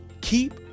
Keep